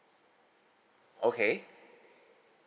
okay